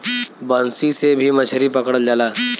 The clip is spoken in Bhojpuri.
बंसी से भी मछरी पकड़ल जाला